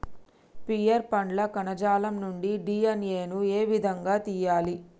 Pear పండ్ల కణజాలం నుండి డి.ఎన్.ఎ ను ఏ విధంగా తియ్యాలి?